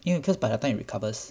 因为 because by the time it recovers